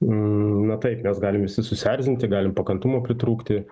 na taip mes galim visi susierzinti galim pakantumo pritrūkti